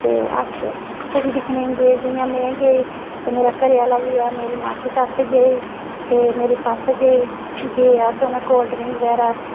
ते अस कुड़ी दिक्खने गी गे जि'यां में गेई ते मेरे घरै आह्ला गेआ ते मेरी मासी सस्स गेई ते मेरी सस्स गेई गे अस ते उ'नें कोल्ड़ ड्रिंक बगैरा